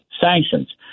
sanctions